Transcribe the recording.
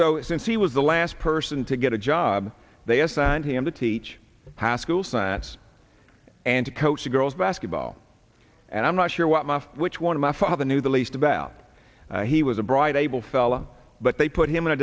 so since he was the last person to get a job they assigned him to teach haskell science and to coach the girls basketball and i'm not sure what my which one of my father knew the least about he was a bright able fella but they put him in a